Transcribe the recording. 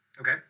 Okay